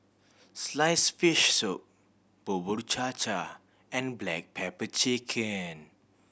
sliced fish soup Bubur Cha Cha and black pepper chicken